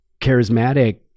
charismatic